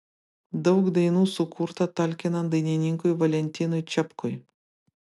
daug dainų sukurta talkinant dainininkui valentinui čepkui